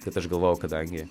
kad aš galvojau kadangi